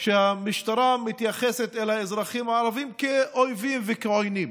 המשטרה מתייחסת אל האזרחים הערבים כאל אויבים ועוינים.